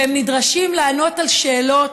והם נדרשים לענות על שאלות,